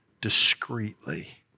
discreetly